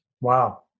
Wow